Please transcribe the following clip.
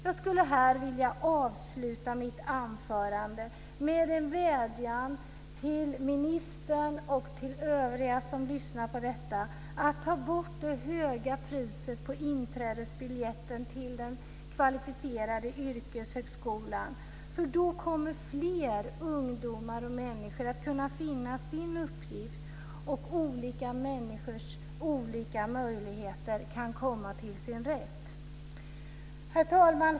Jag skulle här vilja avsluta mitt anförande med en vädjan till ministern och till övriga som lyssnar på detta att ta bort det höga priset på inträdesbiljetten till den kvalificerade yrkeshögskolan. Då kommer fler ungdomar och andra människor att kunna finna sin uppgift, och olika människors olika möjligheter kan komma till sin rätt. Herr talman!